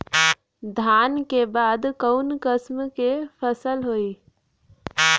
धान के बाद कऊन कसमक फसल होई?